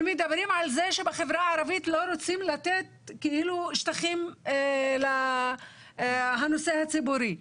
ומדברים על זה שבחברה הערבית לא רוצים לתת שטחים לנושא הציבורי.